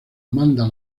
amanda